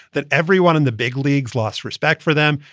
that everyone in the big leagues lost respect for them.